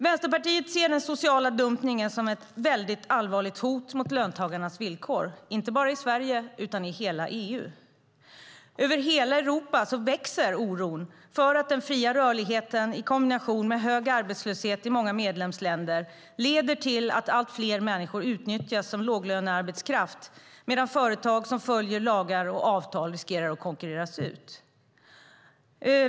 Vänsterpartiet ser den sociala dumpningen som ett allvarligt hot mot löntagarnas villkor, inte bara i Sverige utan i hela EU. Över hela Europa växer oron för att den fria rörligheten i kombination med hög arbetslöshet i många medlemsländer leder till att allt fler människor utnyttjas som låglönearbetskraft, medan företag som följer lagar och avtal riskerar att konkurreras ut.